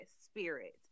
spirit